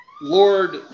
Lord